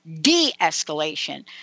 de-escalation